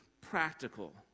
practical